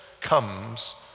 comes